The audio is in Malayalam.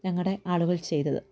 ഞങ്ങടെ ആളുകൾ ചെയ്തത്